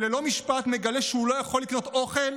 וללא משפט מגלה שהוא לא יכול לקנות אוכל